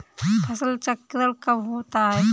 फसल चक्रण कब होता है?